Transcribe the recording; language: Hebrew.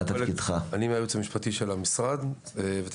מהייעוץ המשפטי של המשרד לביטחון לאומי.